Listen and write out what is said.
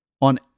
on